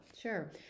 Sure